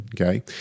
okay